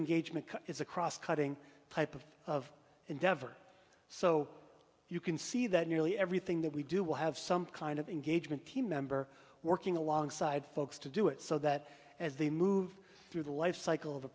engagement is a cross cutting type of of endeavor so you can see that nearly everything that we do will have some kind of engagement team member working alongside folks to do it so that as they move through the lifecycle of a